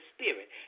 spirit